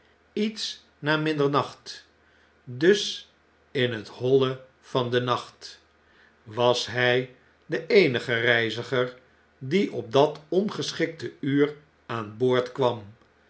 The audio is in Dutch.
iets na middernacht a dus in het holle van den nacht was hjj de eenige reiziger die op dat ongeschikte uur aan boord kwam